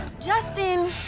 Justin